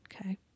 Okay